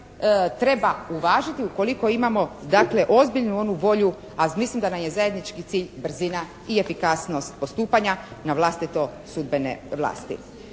treba uvažiti ukoliko imamo dakle ozbiljnu onu volju, a mislim da nam je zajednički cilj brzina i efikasnost postupanja na vlastito sudbene vlasti.